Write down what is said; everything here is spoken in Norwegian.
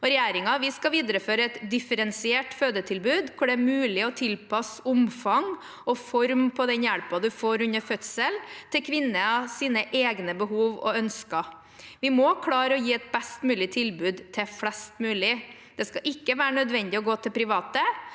skal videreføre et differensiert fødetilbud hvor det er mulig å tilpasse omfang og form på den hjelpen man får under fødsel, til kvinnens egne behov og ønsker. Vi må klare å gi et best mulig tilbud til flest mulig. Det skal ikke være nødvendig å gå til det private.